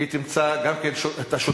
היא תמצא גם את השותף,